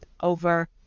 over